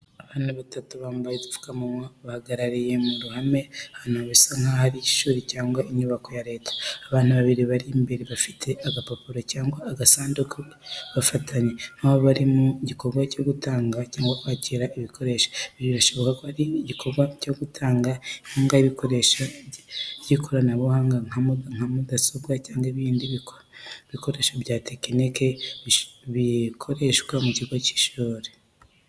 Abantu batatu bambaye udupfukamunwa bahagarariye mu ruhame ahantu bisa n'aho ari ishuri cyangwa inyubako ya Leta. Abantu babiri bari imbere bafite agapapuro cyangwa agasanduku bafatanye, nk'aho bari mu bikorwa byo gutanga cyangwa kwakira ibikoresho. Birashoboka ko ari igikorwa cyo gutanga inkunga y'ibikoresho by'ikoranabuhanga nka mudasobwa cyangwa ibindi bikoresho bya tekiniki bikoreshwa mu kigo cy'ishuri.